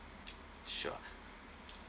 sure